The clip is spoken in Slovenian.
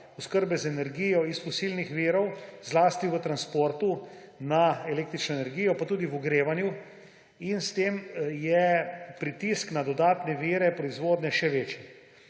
oskrbe z energijo iz fosilnih virov, zlasti v transportu, na električno energijo, pa tudi v ogrevanju. In s tem je pritisk na dodatne vire proizvodnje še večji.